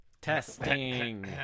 Testing